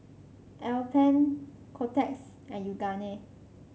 Alpen Kotex and Yoogane